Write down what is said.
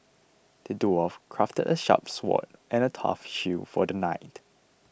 the dwarf crafted a sharp sword and a tough shield for the knight